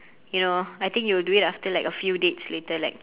you know I think you would do it after like a few dates later like